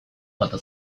falta